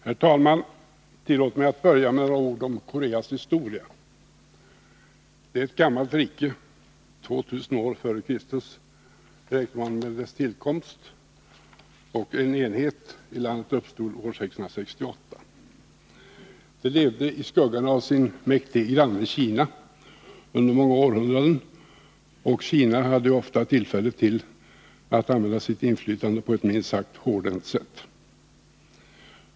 Herr talman! Tillåt mig att börja med några ord om Koreas historia. Korea är ett gammalt rike. Man beräknar dess tillkomst till 2 000 år f. Kr. Och en enhet i landet uppstod år 668. Korea levde under många århundraden i skuggan av sin mäktige granne Kina. Och Kina hade ofta tillfälle att använda sitt inflytande på ett minst sagt hårdhänt sätt.